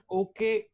okay